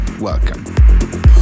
Welcome